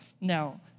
Now